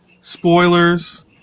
spoilers